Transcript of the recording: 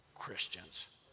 Christians